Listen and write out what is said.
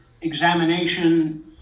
examination